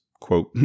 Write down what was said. quote